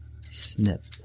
snip